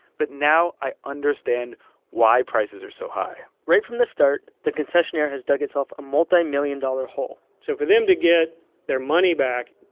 but now i understand why prices are so high right from the start, the concessionaire has dug itself a multimillion-dollar hole so for them to get their money back,